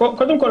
קודם כול,